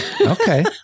Okay